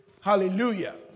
Hallelujah